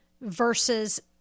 versus